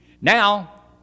now